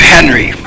Henry